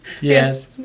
Yes